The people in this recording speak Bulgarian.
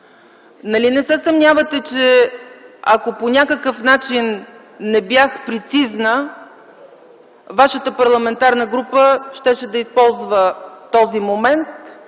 не се съмнявате, че ако по някакъв начин не бях прецизна, вашата парламентарна група щеше да използва този момент